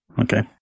Okay